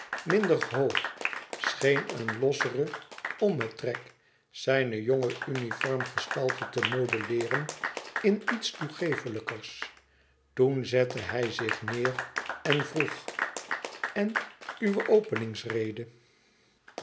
minder hoog scheen een lossere ommetrek zijne jonge uniform gestalte te modelleeren in iets toegeeflijkers toen zette hij zich neêr en hij vroeg en uwe